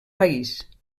país